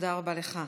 תודה רבה לך.